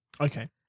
Okay